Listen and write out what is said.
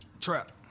Trap